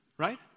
Right